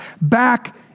back